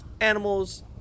animals